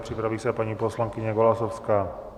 Připraví se paní poslankyně Golasowská.